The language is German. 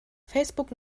facebook